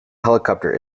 helicopter